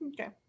Okay